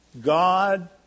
God